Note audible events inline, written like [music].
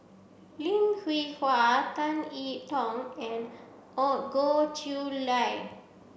Lim Hwee Hua Tan it Tong and [unintelligible] Goh Chiew Lye